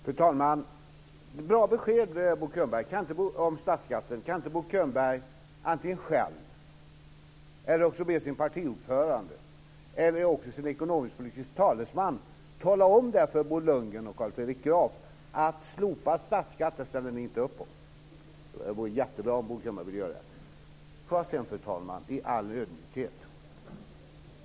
Fru talman! Det är bra besked om statsskatten. Kan inte Bo Könberg själv, hans partiordförande eller hans ekonomisk-politiske talesman tala om för Bo Lundgren och Carl Fredrik Graf att ni inte ställer upp på slopad statsskatt? Det vore jättebra om Bo Könberg ville göra det. Får jag sedan, fru talman, säga en sak i all ödmjukhet.